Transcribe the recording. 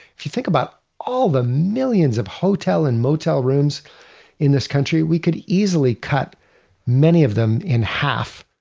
if you think about all the millions of hotel and motel rooms in this country, we could easily cut many of them in half.